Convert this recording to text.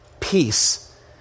peace